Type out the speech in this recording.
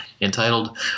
entitled